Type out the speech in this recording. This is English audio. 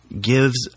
gives